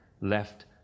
left